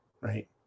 right